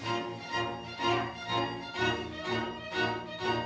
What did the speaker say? yeah yeah yeah yeah